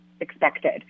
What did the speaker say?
expected